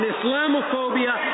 Islamophobia